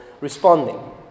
responding